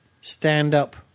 stand-up